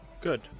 good